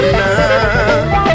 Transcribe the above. now